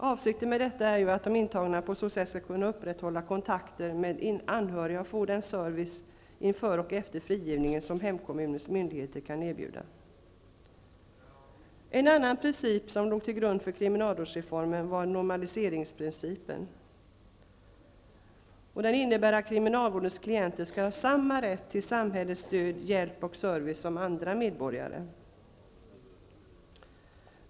Avsikten med detta är att de intagna på så sätt skall kunna upprätthålla kontakter med anhöriga och få den service inför och efter frigivningen som hemkommunens myndigheter kan erbjuda. En annan princip som låg till grund för kriminalvårdsreformen var normaliseringsprincipen. Den innebär att kriminalvårdens klienter skall ha samma rätt till samhällets stöd, hjälp och service som andra medborgare.